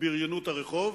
ובריונות הרחוב